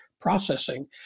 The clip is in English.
processing